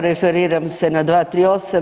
Referiram se na 238.